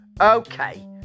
Okay